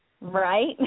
Right